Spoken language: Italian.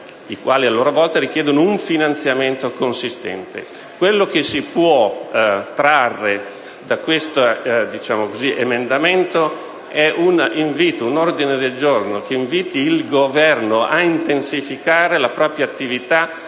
che, a loro volta, comportano un finanziamento consistente. Ciò che si può trarre da questo emendamento è un ordine del giorno che inviti il Governo ad intensificare la propria attività